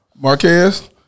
Marquez